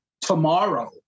tomorrow